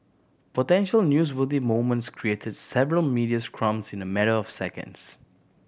potential newsworthy moments created several media scrums in a matter of seconds